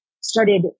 started